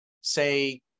say